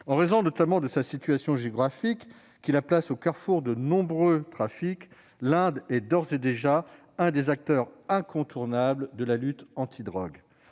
en raison notamment de sa situation géographique, qui la place au carrefour de nombreux trafics, est d'ores et déjà un des acteurs incontournables de la lutte antidrogue.